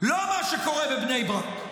לא מה שקורה בבני ברק.